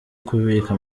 kubika